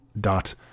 dot